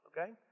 Okay